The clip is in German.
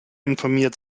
informiert